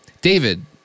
David